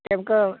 કેમ કે